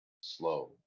slow